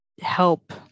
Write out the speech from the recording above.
help